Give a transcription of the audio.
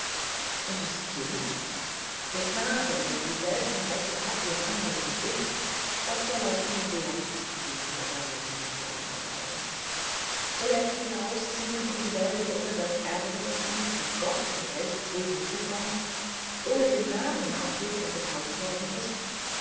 und das kind der knabe der dieselben rechte hat wie reinhold und ich was soll aus ihm werden rief margarete mit flammenden augen soll er hinausziehen in die welt ohne das erbe das ihm von gott und rechts wegen zukommt ohne den namen auf den er getauft worden ist